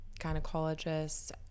gynecologists